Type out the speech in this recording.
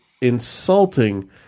insulting